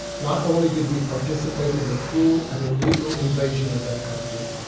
not only did we participate in the cruel and illegal invasion of that country,